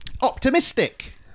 Optimistic